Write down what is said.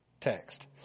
text